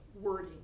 wording